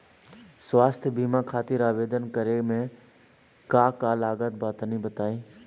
स्वास्थ्य बीमा खातिर आवेदन करे मे का का लागत बा तनि बताई?